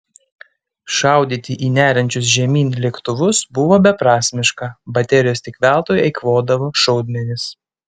šaudyti į neriančius žemyn lėktuvus buvo beprasmiška baterijos tik veltui eikvodavo šaudmenis